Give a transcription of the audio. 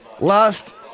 last